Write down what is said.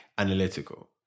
Analytical